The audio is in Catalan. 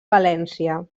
valència